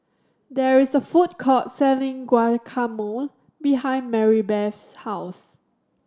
there is a food court selling Guacamole behind Marybeth's house